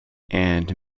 and